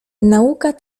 nauka